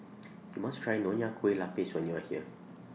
YOU must Try Nonya Kueh Lapis when YOU Are here